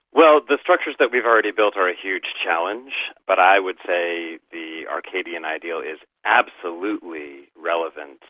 well, the structures that we've already built are a huge challenge, but i would say the arcadian ideal is absolutely relevant.